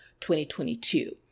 2022